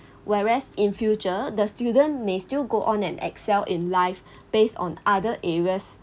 whereas in future the student may still go on an excel in life based on other areas